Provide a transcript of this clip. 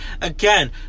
Again